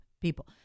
people